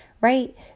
right